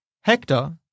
hector